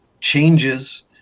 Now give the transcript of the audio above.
changes